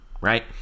right